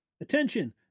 Attention